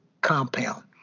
compound